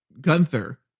Gunther